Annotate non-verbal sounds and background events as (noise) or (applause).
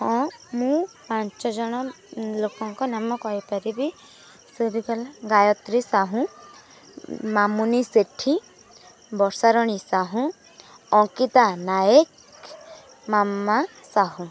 ହଁ ମୁଁ ପାଞ୍ଚ ଜଣ ଲୋକଙ୍କ ନାମ କହିପାରିବି (unintelligible) ଗାୟତ୍ରୀ ସାହୁଁ ମାମୁନି ସେଠି ବର୍ଷାରାଣୀ ସାହୁଁ ଅଙ୍କିତା ନାଏକ୍ ମାମା ସାହୁଁ